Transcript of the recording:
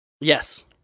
Yes